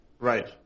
Right